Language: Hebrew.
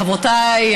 חברותיי,